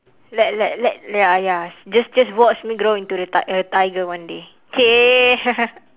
let let let ya ya just just watch me grow into a ti~ a tiger one day !chey!